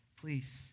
please